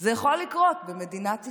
זה יכול לקרות במדינת ישראל.